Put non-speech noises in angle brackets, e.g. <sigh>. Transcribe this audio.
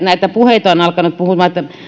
<unintelligible> näitä puheita on alkanut kuulumaan